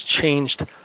changed